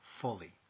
fully